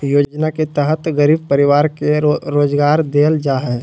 योजना के तहत गरीब परिवार के रोजगार देल जा हइ